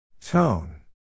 Tone